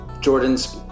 Jordan's